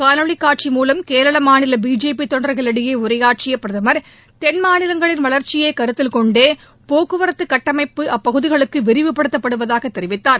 காணொலி காட்சி மூலம் கேரள மாநில பிஜேபி தொண்டர்களிடையே உரையாற்றிய பிரதமர் தென் மாநிலங்களின் வளர்ச்சியை கருத்தில் கொண்டே போக்குவரத்து கட்டமைப்பு அப்பகுதிகளுக்கு விரிவுப்படுத்தப்படுவதாக தெரிவித்தார்